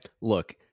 Look